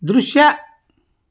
ದೃಶ್ಯ